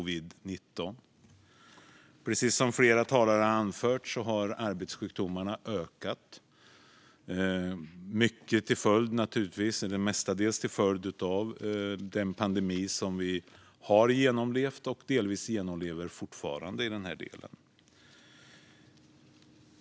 Precis som flera andra talare nämnt har arbetssjukdomarna ökat, mest till följd av pandemin som vi har genomlevt och delvis fortfarande genomlever.